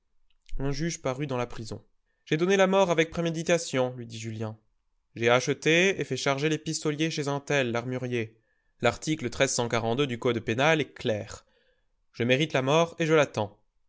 un juge parut dans la prison j'ai donné la mort avec préméditation lui dit julien j'ai acheté et fait charger les pistolets chez un tel l'armurier l'article du code pénal est clair je mérite la mort et je l'attends